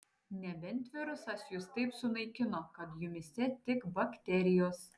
nebent virusas jus taip sunaikino kad jumyse tik bakterijos